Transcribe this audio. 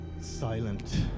silent